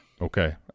Okay